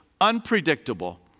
unpredictable